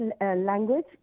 language